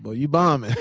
but you bombing.